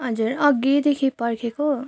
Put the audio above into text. हजुर अघिदेखि पर्खेको